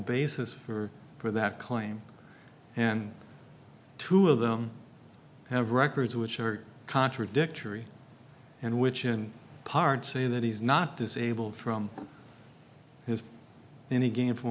basis for for that claim and two of them have records which are contradictory and which in part say that he's not disabled from has any ga